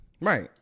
Right